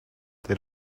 they